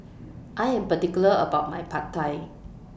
I Am particular about My Pad Thai